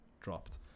dropped